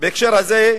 בהקשר הזה,